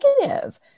negative